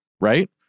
Right